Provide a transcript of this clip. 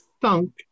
thunk